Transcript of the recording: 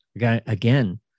again